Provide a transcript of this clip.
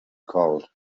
called